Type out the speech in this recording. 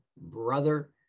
brother